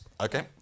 Okay